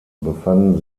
befanden